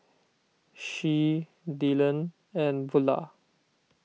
Shea Dylon and Bulah